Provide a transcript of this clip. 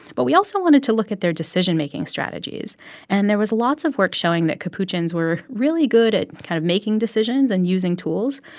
but we also wanted to look at their decision-making strategies and there was lots of work showing that capuchins were really good at kind of making decisions and using tools,